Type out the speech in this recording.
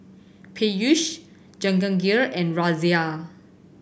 Peyush Jahangir and Razia